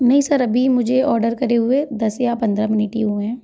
नहीं सर अभी मुझे ऑर्डर करे हुए दस या पंद्रह मिनट ही हुए हैं